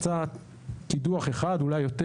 מתבצע קידוח אחד, אולי יותר.